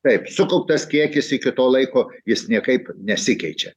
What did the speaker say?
taip sukauptas kiekis iki to laiko jis niekaip nesikeičia